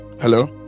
Hello